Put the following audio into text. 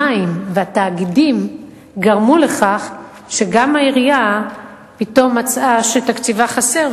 המים והתאגידים גרמו לכך שגם העירייה פתאום מצאה שתקציבה חסר,